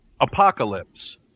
Apocalypse